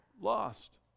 Lost